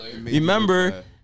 remember